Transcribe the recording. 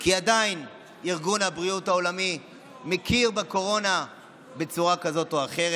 כי עדיין ארגון הבריאות העולמי מכיר בקורונה בצורה כזאת או אחרת.